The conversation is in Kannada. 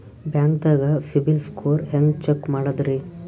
ಬ್ಯಾಂಕ್ದಾಗ ಸಿಬಿಲ್ ಸ್ಕೋರ್ ಹೆಂಗ್ ಚೆಕ್ ಮಾಡದ್ರಿ?